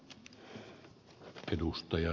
herra puhemies